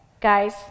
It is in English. guys